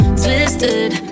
twisted